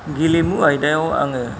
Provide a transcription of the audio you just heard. गेलेमु आयदायाव आङो